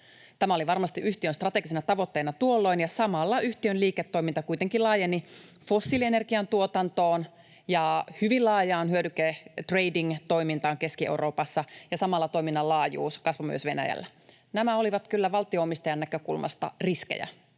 Tämä oli varmasti yhtiön strategisena tavoitteena tuolloin, ja samalla yhtiön liiketoiminta kuitenkin laajeni fossiilienergian tuotantoon ja hyvin laajaan hyödyke-, tradingtoimintaan Keski-Euroopassa, ja samalla toiminnan laajuus kasvoi myös Venäjällä. Nämä olivat kyllä valtio-omistajan näkökulmasta riskejä,